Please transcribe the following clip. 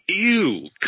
ew